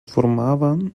formaven